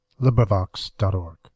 LibriVox.org